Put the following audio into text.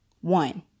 One